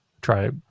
try